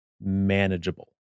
manageable